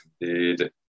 indeed